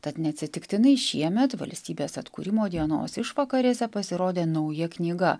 tad neatsitiktinai šiemet valstybės atkūrimo dienos išvakarėse pasirodė nauja knyga